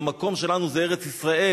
המקום שלנו הוא ארץ-ישראל.